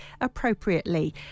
appropriately